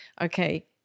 okay